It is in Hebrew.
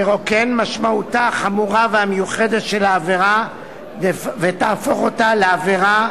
תרוקן משמעותה החמורה והמיוחדת של העבירה ותהפוך אותה לעבירה